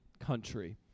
country